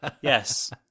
Yes